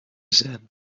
zijn